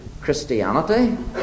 Christianity